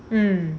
mm